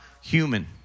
human